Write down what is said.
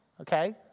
okay